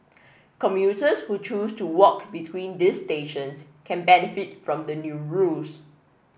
commuters who choose to walk between these stations can benefit from the new rules